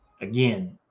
Again